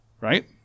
Right